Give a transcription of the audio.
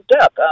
up